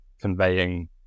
conveying